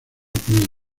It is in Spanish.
cría